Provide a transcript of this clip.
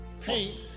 paint